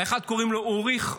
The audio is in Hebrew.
האחד קוראים לו אוריך,